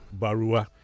Barua